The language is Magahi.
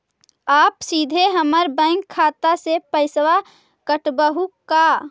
आप सीधे हमर बैंक खाता से पैसवा काटवहु का?